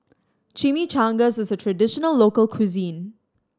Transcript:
Chimichangas is a traditional local cuisine